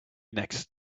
next